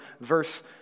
verse